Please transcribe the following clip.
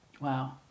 Wow